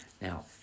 Now